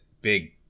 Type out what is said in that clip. big